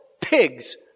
Pigs